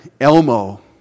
Elmo